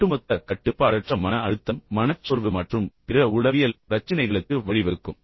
ஒட்டுமொத்த கட்டுப்பாடற்ற மன அழுத்தம் மனச்சோர்வு மற்றும் பிற உளவியல் பிரச்சினைகளுக்கு வழிவகுக்கும்